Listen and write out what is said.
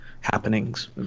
happenings